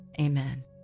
Amen